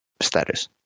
status